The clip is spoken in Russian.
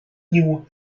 нему